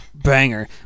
Banger